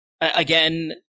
again